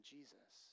Jesus